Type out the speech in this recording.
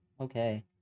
okay